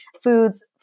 foods